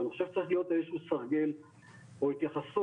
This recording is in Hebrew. ואני חושב שצריך להיות איזה שהוא סרגל או התייחסות,